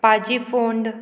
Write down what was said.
पाजी फोंड